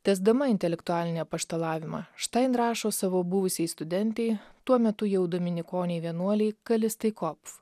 tęsdama intelektualinį apaštalavimą štain rašo savo buvusiai studentei tuo metu jau dominikonei vienuolei kalistai kopf